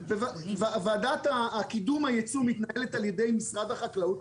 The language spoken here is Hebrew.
וועדת קידום הייצוא מתנהלת על ידי משרד החקלאות,